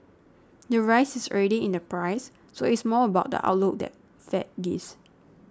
the rise is already in the price so it's more about the outlook the Fed gives